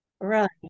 Right